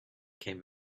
came